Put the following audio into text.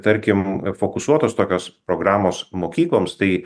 tarkim fokusuotos tokios programos mokykloms tai